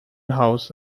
house